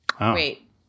Wait